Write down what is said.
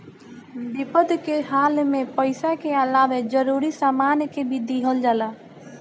विपद के हाल में पइसा के अलावे जरूरी सामान के भी दिहल जाला